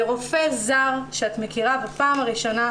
זה רופא זר שאת מכירה בפעם הראשונה,